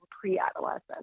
pre-adolescence